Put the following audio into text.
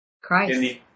Christ